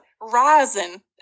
Rising